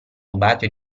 rubati